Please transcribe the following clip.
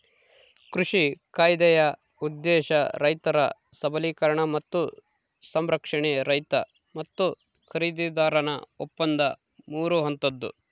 ಕೃಷಿ ಕಾಯ್ದೆಯ ಉದ್ದೇಶ ರೈತರ ಸಬಲೀಕರಣ ಮತ್ತು ಸಂರಕ್ಷಣೆ ರೈತ ಮತ್ತು ಖರೀದಿದಾರನ ಒಪ್ಪಂದ ಮೂರು ಹಂತದ್ದು